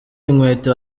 inkweto